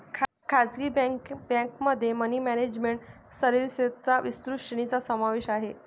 खासगी बँकेमध्ये money management सर्व्हिसेसच्या विस्तृत श्रेणीचा समावेश आहे